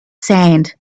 sand